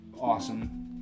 awesome